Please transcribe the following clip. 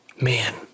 Man